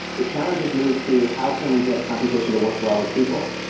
the challenge has moved to how can we get computation to work well with people.